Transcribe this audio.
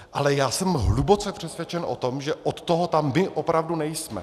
Ale já jsem hluboce přesvědčen o tom, že od toho tam my opravdu nejsme.